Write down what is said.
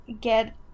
get